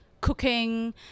cooking